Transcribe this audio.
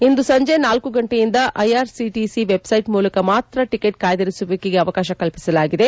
ಇಂದು ಸಂಜೆ ನಾಲ್ಕು ಗಂಟೆಯಿಂದ ಐಆರ್ಸಿಟಿಸಿ ವೆಬ್ಸೈಟ್ ಮೂಲಕ ಮಾತ್ರ ಟಿಕೆಟ್ ಕಾಯ್ದಿರಿಸುವಿಕೆಗೆ ಅವಕಾಶ ಕಲ್ಪಿಸಲಾಗಿದೆ